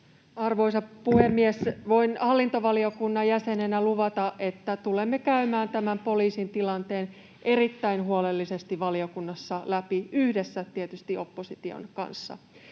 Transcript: Arvoisa puhemies! Voin hallintovaliokunnan jäsenenä luvata, että tulemme käymään tämän poliisin tilanteen erittäin huolellisesti valiokunnassa läpi, tietysti yhdessä opposition kanssa.